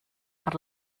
per